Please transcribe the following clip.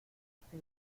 este